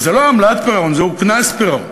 וזה לא עמלת פירעון, זהו קנס פירעון.